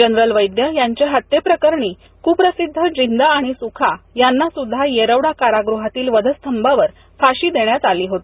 general Vaidya यांच्या हल्येप्रकरणी कुप्रसिध्द जिंदा आणि सुखा यांना सुध्दा येरवडा कारागृहातील वधस्तंभावर फाशी देण्यात आली होती